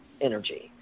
energy